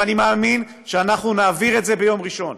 ואני מאמין שאנחנו נעביר את זה ביום ראשון